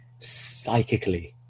psychically